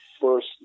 first